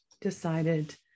decided